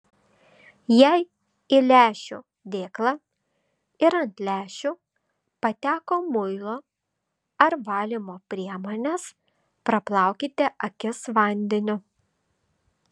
jei į lęšių dėklą ir ant lęšių pateko muilo ar valymo priemonės praplaukite akis vandeniu